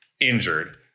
injured